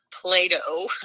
play-doh